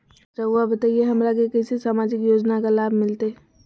रहुआ बताइए हमरा के कैसे सामाजिक योजना का लाभ मिलते?